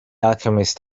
alchemist